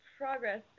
progress